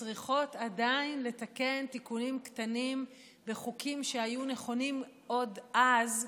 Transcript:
ועדיין צריכות לתקן תיקונים קטנים וחוקים שהיו נכונים עוד אז,